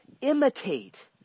imitate